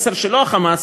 זה המסר, שלא ה"חמאס",